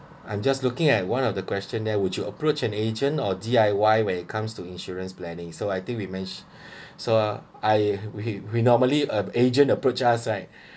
I'm just looking at one of the questions there would you approach an agent or D_I_Y when it comes to insurance planning so I think we men~ so I we normally uh agent approach us right